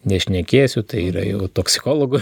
nešnekėsiu tai yra jau toksikologų